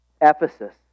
Ephesus